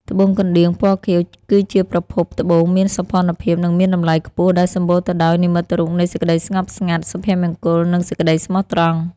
ត្បូងកណ្ដៀង ពណ៌ខៀវ គឺជាប្រភេទត្បូងមានសោភ័ណភាព និងមានតម្លៃខ្ពស់ ដែលសម្បូរទៅដោយនិមិត្តរូបនៃសេចក្ដីស្ងប់ស្ងាត់ សុភមង្គល និងសេចក្ដីស្មោះត្រង់។